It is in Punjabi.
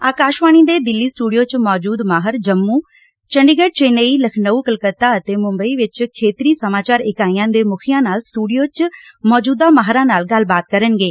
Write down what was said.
ਆਕਾਸ਼ਵਾਣੀ ਦੇ ਦਿੱਲੀ ਸਟੁਡੀਓ ਚ ਮੌਜੁਦ ਮਾਹਿਰ ਜੰਮੁ ਚੰਡੀਗੜ ਚੇਨਈ ਲਖਨਾਓ ਕਲਕਤਾ ਅਤੇ ਮੂੰਬਈ ਵਿਚ ਖੇਤਰੀ ਸਮਾਚਾਰ ਇਕਾਈਆਂ ਦੇ ਮੁਖੀਆਂ ਨਾਲ ਸਟੁਡੀਓ ਚ ਮੌਜੁਦਾ ਮਾਹਿਰਾਂ ਨਾਲ ਗੱਲਬਾਤ ਕਰਨਗੇ